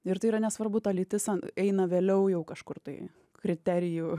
ir tai yra nesvarbu ta lytis eina vėliau jau kažkur tai kriterijų